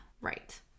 Right